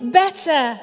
better